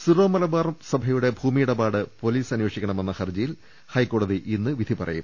Syro Malabar സഭയുടെ ഭൂമിയിടപാട് police അന്വേഷിക്ക ണമെന്ന ഹർജിയിൽ ഹൈക്കോടതി ഇന്ന് വിധി പറയും